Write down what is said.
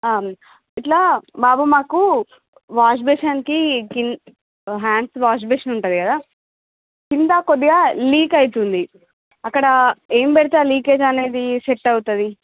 ఇట్లా బాబు మాకు వాష్ బేషన్కి కిం హ్యాండ్స్ వాష్ బేషన్ ఉంటుంది కదా కింద కొద్దిగా లీక్ అవుతుంది అక్కడ ఏం పెడితే ఆ లీకేజ్ అనేది సెట్ అవుతుంది